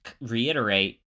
reiterate